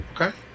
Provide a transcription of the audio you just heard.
Okay